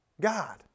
God